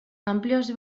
amplios